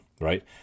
right